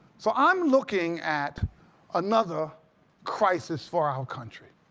so i'm looking at another crisis for our country.